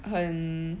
很